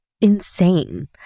insane